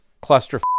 cluster